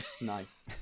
Nice